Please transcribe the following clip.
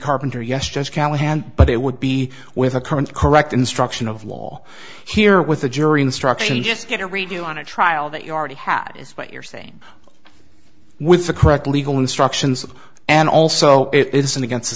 carpenter yes just callahan but it would be with a current correct instruction of law here with the jury instruction just get a redo on a trial that you already have is what you're saying with the correct legal instructions and also it isn't against the